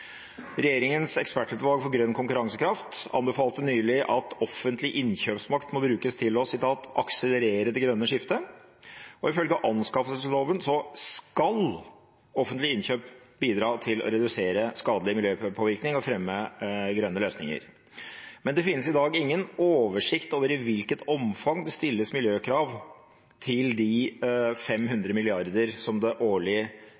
Regjeringens ekspertutvalg for grønn konkurransekraft anbefalte nylig at offentlig «innkjøpsmakt må brukes til å akselerere det grønne skiftet». Og ifølge anskaffelsesloven «skal» offentlige innkjøp bidra til å redusere skadelig miljøpåvirkning og fremme grønne løsninger. Men det finnes i dag ingen oversikt over i hvilket omfang det stilles miljøkrav til de 500 mrd. kr som det årlig